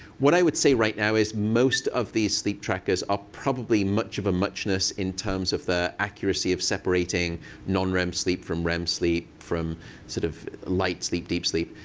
what i would say right now is most of these sleep trackers are probably much of a muchness in terms of the accuracy of separating non-rem sleep from rem sleep from sort of light sleep, deep sleep.